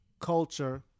culture